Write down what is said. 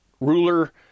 ruler